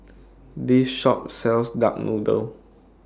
This Shop sells Duck Noodle